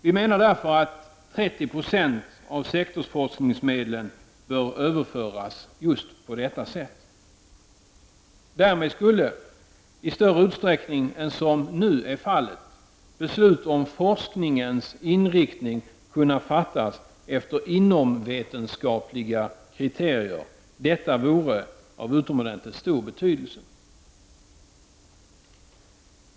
Vi menar därför att 30 90 av sektorsforskningsmedlen bör överföras på detta sätt. Därmed skulle, i större utsträckning än vad som nu är fallet, beslut om forskningens inriktning kunna fattas efter inomvetenskapliga kriterier. Detta vore av utomordentligt stor betydelse.